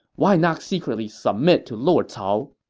why not secretly submit to lord cao?